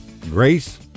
grace